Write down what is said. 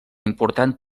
important